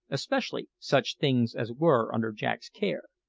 especially such things as were under jack's care.